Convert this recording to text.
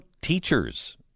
teachers